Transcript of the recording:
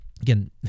again